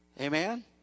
Amen